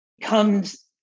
comes